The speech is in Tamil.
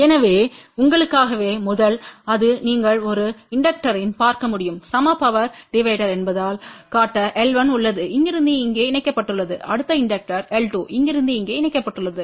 எனவே உங்களுக்காகவே முதல் அது நீங்கள் ஒரு இண்டக்டரின் பார்க்க முடியும் சம பவர் டிவைடர என்பதால் காட்டL1உள்ளது இங்கிருந்து இங்கே இணைக்கப்பட்டுள்ளது அடுத்த இண்டக்டர் L2இங்கிருந்து இங்கே இணைக்கப்பட்டுள்ளது